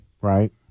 Right